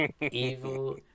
evil